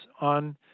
on